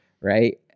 right